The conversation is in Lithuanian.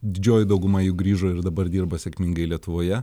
didžioji dauguma jų grįžo ir dabar dirba sėkmingai lietuvoje